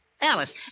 Alice